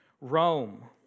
Rome